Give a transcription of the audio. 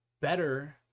better